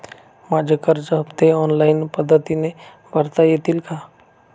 माझे कर्ज हफ्ते ऑनलाईन पद्धतीने भरता येतील का?